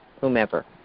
whomever